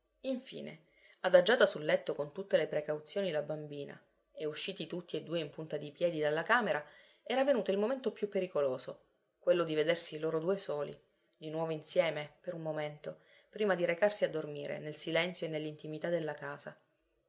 infine adagiata sul letto con tutte le precauzioni la bambina e usciti tutti e due in punta di piedi dalla camera era venuto il momento più pericoloso quello di vedersi loro due soli di nuovo insieme per un momento prima di recarsi a dormire nel silenzio e nell'intimità della casa